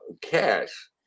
cash